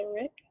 Rick